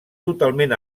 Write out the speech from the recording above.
totalment